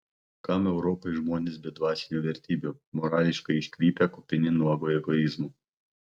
kam europai žmonės be dvasinių vertybių morališkai iškrypę kupini nuogo egoizmo